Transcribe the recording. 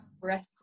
breath